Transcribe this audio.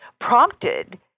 prompted